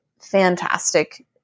fantastic